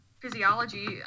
physiology